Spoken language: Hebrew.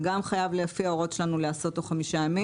זה גם חייב לפי ההוראות שלנו להיעשות תוך חמישה ימים.